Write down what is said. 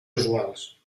usuals